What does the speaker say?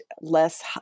less